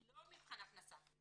לא מבחן הכנסה.